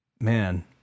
man